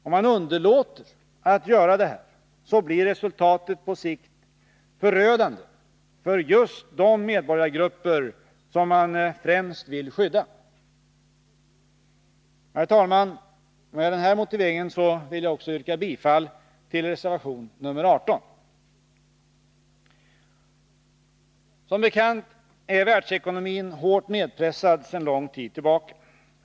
Om man underlåter att göra detta blir resultatet på sikt förödande för just de medborgargrupper som man främst vill skydda. Herr talman! Med denna motivering vill jag också yrka bifall till reservationen 18. Som bekant är världsekonomin hårt nedpressad sedan lång tid tillbaka.